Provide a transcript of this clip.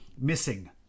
missing